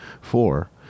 Four